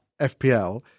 FPL